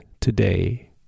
today